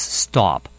stop